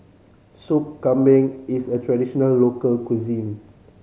Sop Kambing is a traditional local cuisine